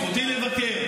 זכותי לבקר.